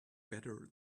better